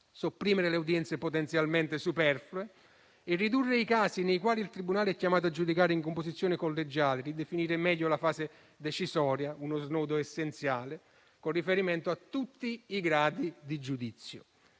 sopprimere le udienze potenzialmente superflue e a ridurre i casi nei quali il tribunale è chiamato a giudicare in composizione collegiale, a ridefinire meglio la fase decisoria (uno snodo essenziale) con riferimento a tutti i gradi di giudizio.